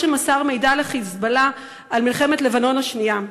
שמסר מידע ל"חיזבאללה" על מלחמת לבנון השנייה.